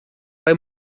vai